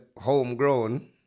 homegrown